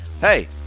hey